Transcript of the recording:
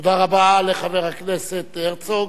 תודה רבה לחבר הכנסת הרצוג.